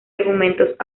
argumentos